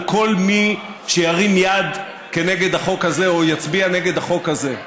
על כל מי שירים יד כנגד החוק הזה או יצביע נגד החוק הזה: